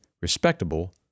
respectable